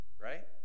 right